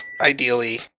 ideally